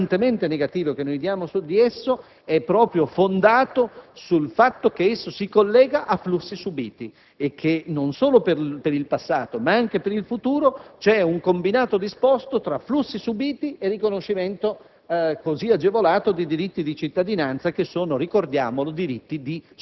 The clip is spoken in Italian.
alla cittadinanza, vorrei ricordare che il giudizio pesantemente negativo che noi diamo su di esso è fondato proprio sul fatto che esso si collega a flussi subiti e che, non solo per il passato ma anche per il futuro, c'è un combinato disposto tra flussi subiti e riconoscimento,